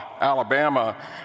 Alabama